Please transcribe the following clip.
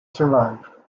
survived